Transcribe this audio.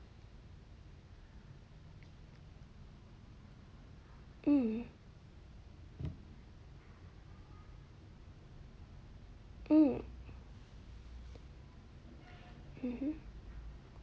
hmm hmm mmhmm